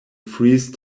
freeze